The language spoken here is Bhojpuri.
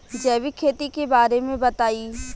जैविक खेती के बारे में बताइ